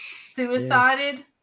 Suicided